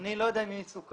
אני לא יודע עם מי סוכם.